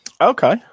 Okay